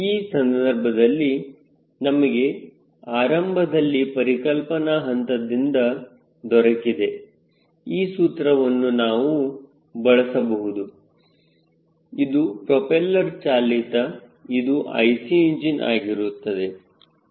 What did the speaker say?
ಆ ಸಂದರ್ಭದಲ್ಲಿ ನಮಗೆ ಆರಂಭದಲ್ಲಿ ಪರಿಕಲ್ಪನಾ ಹಂತದಿಂದ WSTO ದೊರಕಿದೆ ಈ ಸೂತ್ರವನ್ನು ನಾನು ಬಳಸಬಹುದು ಇದು ಪ್ರೊಪೆಲ್ಲರ್ ಚಾಲಿತ ಇದು IC ಇಂಜಿನ್ ಆಗಿರುತ್ತದೆ